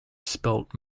spilt